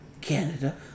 Canada